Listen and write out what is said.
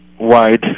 wide